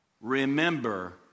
remember